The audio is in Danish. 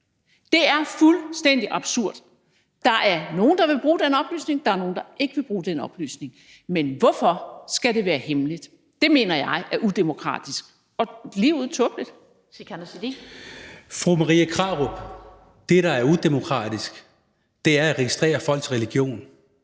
Det er fuldstændig absurd. Der er nogle, der vil bruge den oplysning, og der er nogle, der ikke vil bruge den oplysning, men hvorfor skal det være hemmeligt? Det mener jeg er udemokratisk og ligeud tåbeligt. Kl. 20:25 Den fg. formand (Annette Lind):